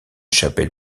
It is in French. chapelle